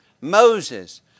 Moses